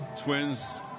Twins